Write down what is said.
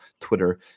Twitter